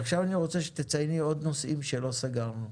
עכשיו אני רוצה שתצייני עוד נושאים שלא סגרנו.